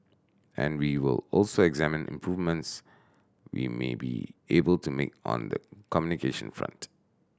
and we will also examine improvements we may be able to make on the communication front